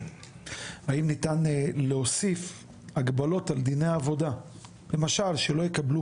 האם ניתן להוסיף הגבלות על דיני העבודה למשל שלא יקבלו